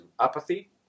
apathy